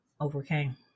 overcame